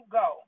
go